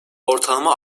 ortalama